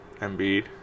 Embiid